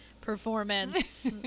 performance